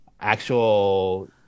actual